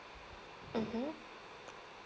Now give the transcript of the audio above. mmhmm